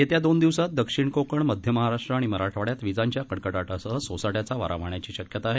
येत्या दोन दिवसात दक्षिण कोकण मध्य महाराष्ट्र आणि मराठवाङ्यात विजांच्या कडकडाटासह सोसाट्याचा वारा वाहण्याची शक्यता आहे